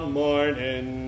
morning